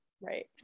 right